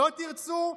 לא תרצו,